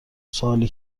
سوالی